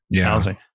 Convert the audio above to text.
housing